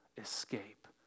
escape